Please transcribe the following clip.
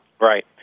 Right